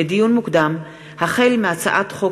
לדיון מוקדם: החל בהצעת חוק